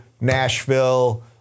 Nashville